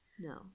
No